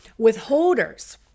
withholders